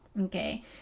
okay